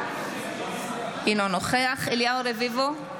אינו נוכח אליהו רביבו,